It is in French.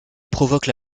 provoque